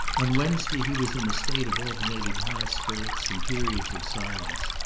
on wednesday he was in a state of alternating high spirits and periods of silence.